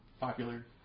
popular